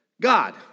God